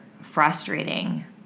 frustrating